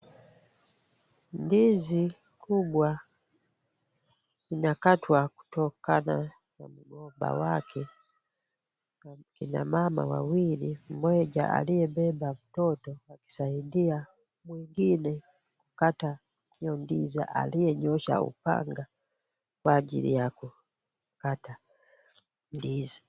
Ndizi kubwa inakatwa kutokana kwa mgomba wake. Akina mama wawili mmoja aliye beba mtoto anasaidia mwingine kukata izo ndizi. Aliyenyoosha upanga kwa ajili ya kukata ndizi.